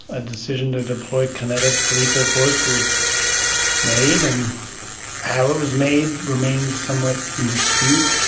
a decision to deploy kinetic lethal force was made, and how it was made remains somewhat in dispute.